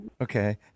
Okay